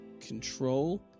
control